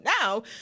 now